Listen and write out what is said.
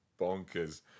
bonkers